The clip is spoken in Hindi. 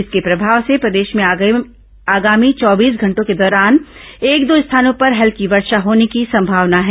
इसके प्रभाव से प्रदेश में आगामी चौबीस घंटों के दौरान एक दो स्थानों पर हल्की वर्षा होने की संभावना है